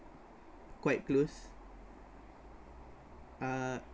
quite close uh